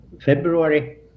February